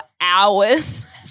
hours